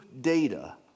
data